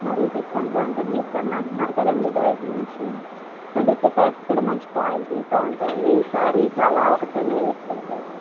మరీ six hundred అంటే మీరు తెమ్మంటున్నారు కదండి బయట నుంచి మేము తెచ్చే పైప్స్ కూడా మంచి క్వాలిటీ తో ఉంటాయండి ఈ సారి చాలా ఒక టెన్ ఇయర్స్ వరకు అలాగా